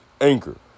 Anchor